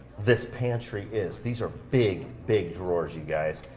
this pantry is. these are big, big drawers you guys.